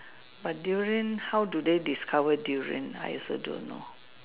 but durian how do they discover durian I also don't know